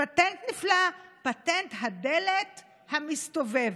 פטנט נפלא, פטנט הדלת המסתובבת: